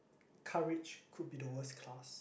courage could be the worst class